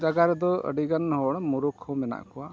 ᱡᱟᱭᱜᱟ ᱨᱮᱫᱚ ᱟᱹᱰᱤᱜᱟᱱ ᱦᱚᱲ ᱢᱩᱨᱩᱠ ᱦᱚᱸ ᱢᱮᱱᱟᱜ ᱠᱚᱣᱟ